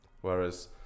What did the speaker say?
Whereas